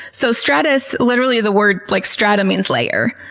so stratus, literally the word like stratum means layer.